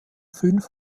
fünf